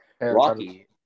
Rocky